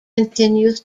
continues